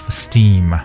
steam